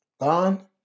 Gone